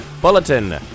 Bulletin